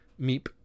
Meep